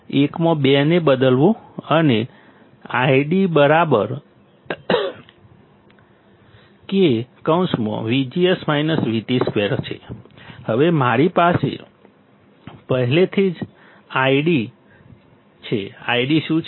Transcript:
1 માં 2 ને બદલવું અને ID K 2 હવે મારી પાસે પહેલેથી જ ID છે ID શું છે